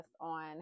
on